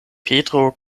petro